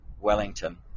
Wellington